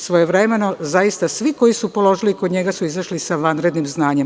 Svojevremeno, zaista, svi koji su položili kod njega su izašli sa vanrednim znanjem.